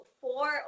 four